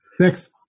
Six